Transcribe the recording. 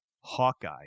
Hawkeye